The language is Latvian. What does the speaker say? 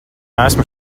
esmu